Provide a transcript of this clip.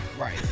Right